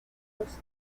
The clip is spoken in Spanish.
los